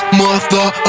mother